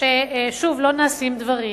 ששוב לא נעשים דברים,